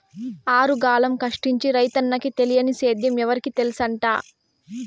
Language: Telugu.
ఆరుగాలం కష్టించి రైతన్నకి తెలియని సేద్యం ఎవరికి తెల్సంట